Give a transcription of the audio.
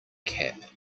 cap